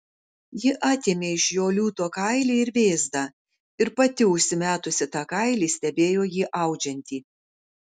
ji atėmė iš jo liūto kailį ir vėzdą ir pati užsimetusi tą kailį stebėjo jį audžiantį